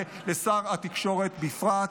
ולשר התקשורת בפרט.